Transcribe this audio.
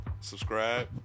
subscribe